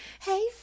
hey